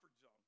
zone